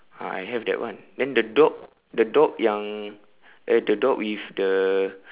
ah I have that one then the dog the dog yang uh the dog with the